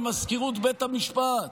למזכירות בית המשפט,